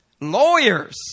lawyers